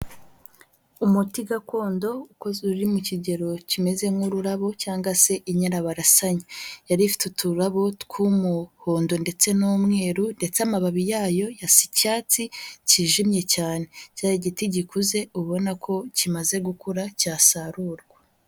Umuti gakondo ukuze uri mu kigero kimeze nk'ururabo, cyangwa se inyanabarasanya; yari ifite uturabo tw'umuhondo ndetse n'umweru, ndetse amababi yayo yasa icyatsi kijimye cyane. Cyari igiti gikuze, ubona ko kimaze gukura, cyasarurwa.